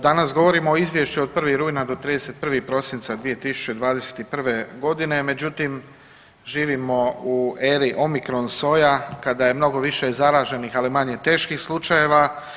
Danas govorimo o Izvješću od 1. rujna do 31. prosinca 2021. g. međutim živimo u eri omikron soja kada je mnogo više zaraženih, ali manje teških slučajeva.